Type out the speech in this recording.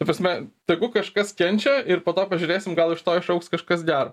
ta prasme tegu kažkas kenčia ir po to pažiūrėsim gal iš to išaugs kažkas gero